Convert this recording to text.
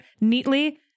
neatly